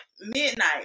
midnight